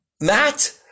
Matt